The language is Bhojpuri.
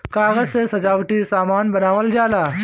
कागज से सजावटी सामान बनावल जाला